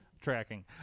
tracking